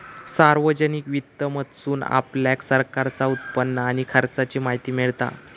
सार्वजनिक वित्त मधसून आपल्याक सरकारचा उत्पन्न आणि खर्चाची माहिती मिळता